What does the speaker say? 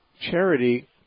charity